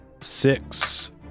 six